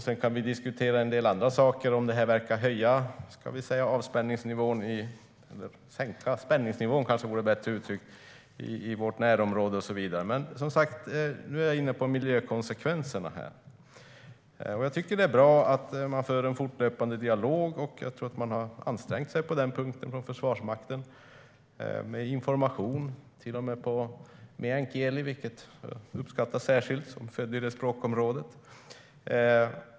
Sedan kan vi diskutera andra saker, som huruvida det här verkar sänka spänningsnivån i vårt närområde och så vidare, men nu är jag som sagt inne på miljökonsekvenserna. Jag tycker att det är bra att man för en fortlöpande dialog, och jag tror att man från Försvarsmaktens sida har ansträngt sig på den punkten - med information till och med på meänkieli, vilket uppskattas särskilt av mig som är född i det språkområdet.